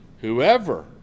Whoever